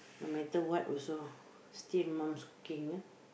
no matter what also still mum's cooking